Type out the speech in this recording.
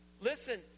listen